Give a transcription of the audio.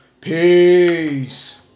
Peace